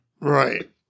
Right